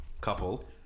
couple